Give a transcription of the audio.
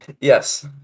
Yes